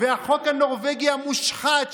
והחוק הנורבגי המושחת,